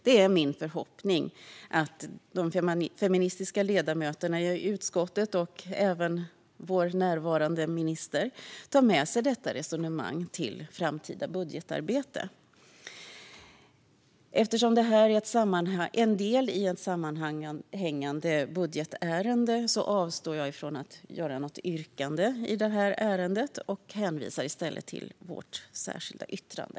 Det är min förhoppning att de feministiska ledamöterna i utskottet och även vår närvarande minister tar med sig detta resonemang i framtida budgetarbete. Eftersom detta är en del i ett sammanhängande budgetärende avstår jag från att göra något yrkande i denna del och hänvisar i stället till vårt särskilda yttrande.